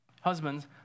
Husbands